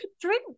drink